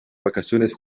vacaciones